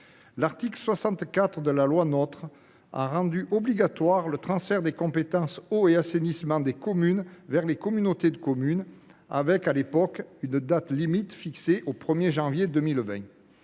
L’article 64 de la loi NOTRe a rendu obligatoire le transfert des compétences « eau » et « assainissement » des communes vers les communautés de communes, en fixant une date limite au 1 janvier 2020.